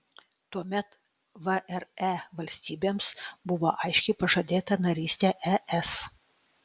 tuomet vre valstybėms buvo aiškiai pažadėta narystė es